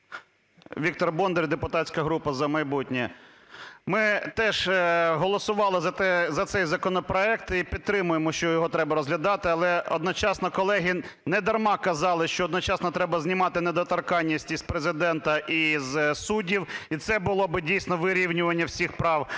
Віктор Бондар, депутатська група "За майбутнє". Ми теж голосували за цей законопроект і підтримуємо, що його треба розглядати. Але одночасно колеги не дарма казали, що одночасно треба знімати недоторканність і з Президента, і з суддів, і це було би, дійсно, вирівнювання всіх прав.